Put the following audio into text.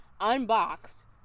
unboxed